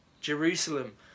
Jerusalem